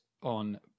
on